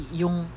yung